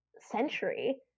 century